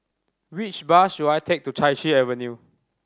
which bus should I take to Chai Chee Avenue